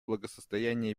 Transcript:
благосостояния